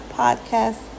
podcast